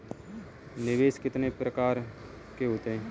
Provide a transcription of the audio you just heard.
निवेश कितने प्रकार के होते हैं?